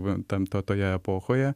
ten to toje epochoje